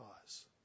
cause